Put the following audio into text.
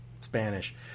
spanish